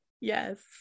Yes